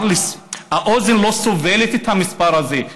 האוזן לא סובלת את המספר הזה.